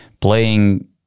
playing